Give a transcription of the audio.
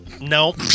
No